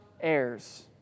heirs